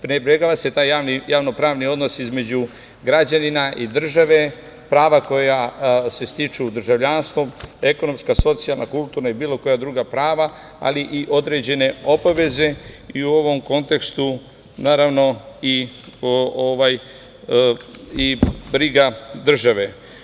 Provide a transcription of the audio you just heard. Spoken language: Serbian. Prenebregava se taj javno-pravni odnos između građanina i države, prava koja se stiču državljanstvom, ekonomska, socijalna, kulturna i bilo koja druga prava, ali i određene obaveze i u ovom kontekstu naravno i briga države.